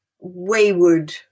wayward